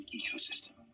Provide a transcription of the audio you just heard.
ecosystem